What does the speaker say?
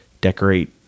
decorate